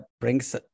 brings